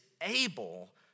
able